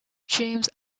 james